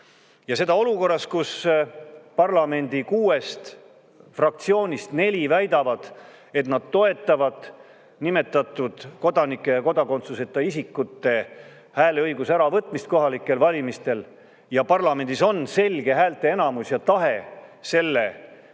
Ja seda olukorras, kus parlamendi kuuest fraktsioonist neli väidavad, et nad toetavad nimetatud kodanike ja kodakondsuseta isikute hääleõiguse äravõtmist kohalikel valimistel, ja parlamendis on selge häälteenamus ja tahe selle